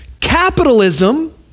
Capitalism